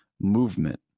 movement